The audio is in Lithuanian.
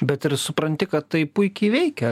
bet ir supranti kad tai puikiai veikia